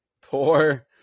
Poor